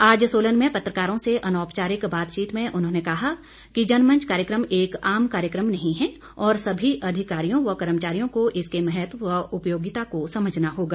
आज सोलन में पत्रकारों से अनौपचारिक बातचीत में उन्होंने कहा कि जनमंच कार्यकम एक आम कार्यकम नहीं है और समी अधिकारियों व कर्मचारियों को इसके महत्व व उपयोगिता को समझना होगा